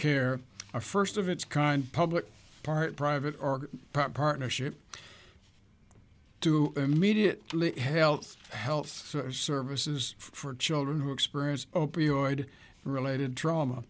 care a first of its kind public part private or partnership to immediately health health services for children who experience opioid related trauma